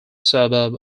suburb